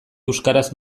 euskaraz